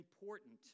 important